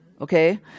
Okay